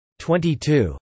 22